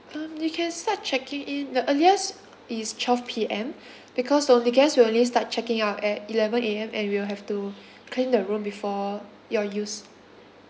um you can start checking in the earliest is twelve P_M because the only guest will only start checking out at eleven A_M and we will have to clean the room before your use